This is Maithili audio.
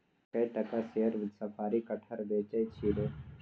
कए टका सेर साफरी कटहर बेचय छी रे